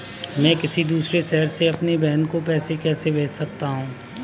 मैं किसी दूसरे शहर से अपनी बहन को पैसे कैसे भेज सकता हूँ?